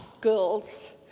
girls